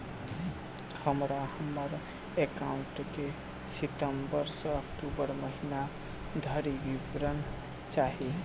हमरा हम्मर एकाउंट केँ सितम्बर सँ अक्टूबर महीना धरि विवरण चाहि?